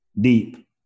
deep